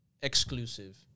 Exclusive